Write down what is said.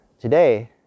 Today